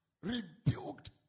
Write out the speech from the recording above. rebuked